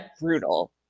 brutal